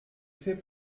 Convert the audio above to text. fait